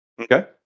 Okay